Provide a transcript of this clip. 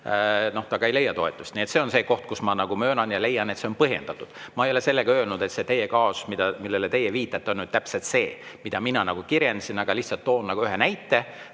ta ei leia toetust. See on see koht, kus ma möönan ja leian, et see on põhjendatud. Ma ei ole sellega öelnud, et see teie kaasus, millele te viitasite, on täpselt see, mida mina kirjeldasin, ma tõin lihtsalt ühe näite,